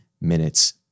minutes